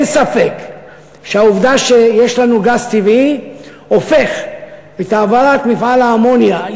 אין ספק שהעובדה שיש לנו גז טבעי הופכת את העברת מפעל האמוניה,